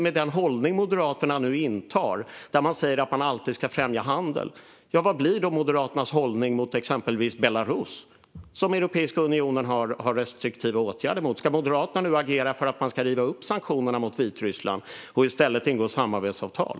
Med den hållning som Moderaterna nu intar, att man alltid ska främja handel, blir frågan vad Moderaternas hållning blir mot exempelvis Belarus som Europeiska unionen har restriktiva åtgärder mot. Ska Moderaterna nu agera för att man ska riva upp sanktionerna mot Vitryssland och i stället ingå samarbetsavtal?